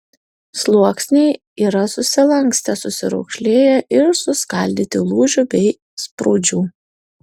sluoksniai yra susilankstę susiraukšlėję ir suskaldyti lūžių bei sprūdžių